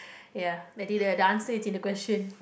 ya I think the the answer is in the question